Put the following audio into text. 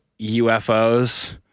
UFOs